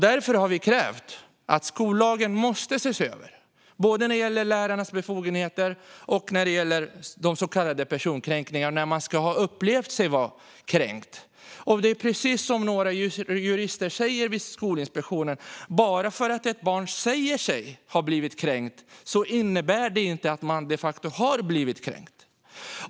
Därför har vi krävt att skollagen ses över, både när det gäller lärarnas befogenheter och när det gäller de så kallade personkränkningarna, där man ska ha upplevt sig vara kränkt. Precis som några jurister vid Skolinspektionen säger: Bara för att ett barn säger sig ha blivit kränkt innebär det inte att det de facto har blivit kränkt.